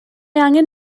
angen